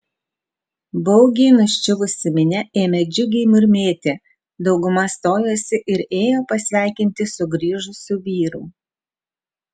baugiai nuščiuvusi minia ėmė džiugiai murmėti dauguma stojosi ir ėjo pasveikinti sugrįžusių vyrų